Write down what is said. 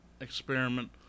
experiment